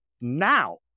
now